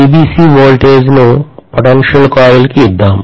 VBC voltage ను potential coil కు ఇద్దాం